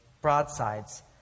broadsides